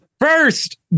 First